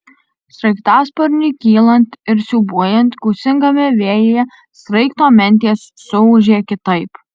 sraigtasparniui kylant ir siūbuojant gūsingame vėjyje sraigto mentės suūžė kitaip